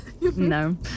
no